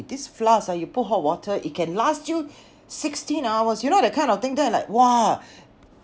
this flask ah you put hot water it can last you sixteen hours you know that kind of thing then I like !wah!